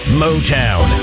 motown